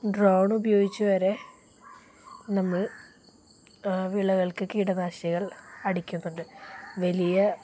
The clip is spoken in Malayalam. ഡ്രോൺ ഉപയോഗിച്ച് വരെ നമ്മൾ വിളകൾക്ക് കീടനാശിനികൾ അടിക്കുന്നുണ്ട് വലിയ